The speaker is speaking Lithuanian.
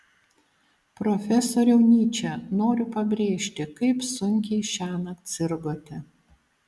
profesoriau nyče noriu pabrėžti kaip sunkiai šiąnakt sirgote